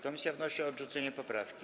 Komisja wnosi o odrzucenie poprawki.